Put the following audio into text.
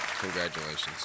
Congratulations